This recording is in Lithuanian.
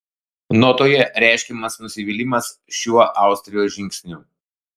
notoje reiškiamas nusivylimas šiuo austrijos žingsniu